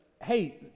hey